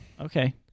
Okay